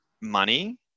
money